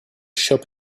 shop